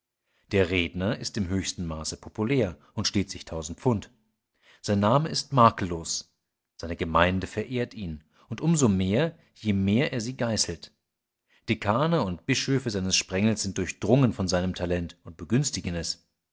der redner ist im höchsten maße populär und steht sich tausend pfund sein name ist makellos seine gemeinde verehrt ihn und um so mehr je mehr er sie geißelt dekane und bischöfe seines sprengels sind durchdrungen von seinem talent und begünstigen es